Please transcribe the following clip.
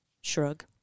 Shrug